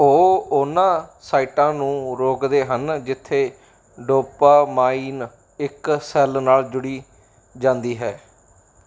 ਉਹ ਉਹਨਾਂ ਸਾਈਟਾਂ ਨੂੰ ਰੋਕਦੇ ਹਨ ਜਿੱਥੇ ਡੋਪਾਮਾਈਨ ਇੱਕ ਸੈੱਲ ਨਾਲ ਜੁੜ ਜਾਂਦੀ ਹੈ